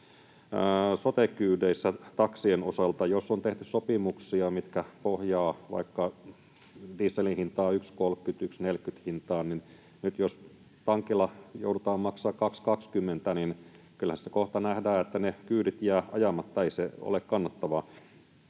sote-kyydeissä taksien osalta. Jos on tehty sopimuksia, mitkä pohjaavat vaikka dieselin 1,30—1,40-hintaan, niin nyt jos tankilla joudutaan maksamaan 2,20, niin kyllähän se kohta nähdään, että ne kyydit jäävät ajamatta. Ei se ole kannattavaa.